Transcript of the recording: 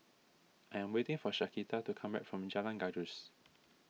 I am waiting for Shaquita to come back from Jalan Gajus